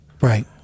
Right